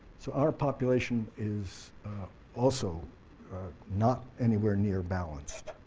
so our population is also not anywhere near balanced.